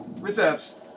reserves